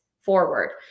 forward